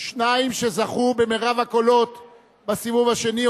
השניים שזכו ברוב הקולות בסיבוב השני,